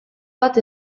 bat